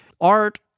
Art